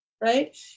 right